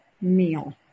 meal